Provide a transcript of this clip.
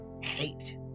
hate